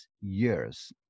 years